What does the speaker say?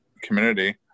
community